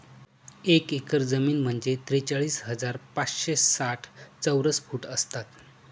एक एकर जमीन म्हणजे त्रेचाळीस हजार पाचशे साठ चौरस फूट असतात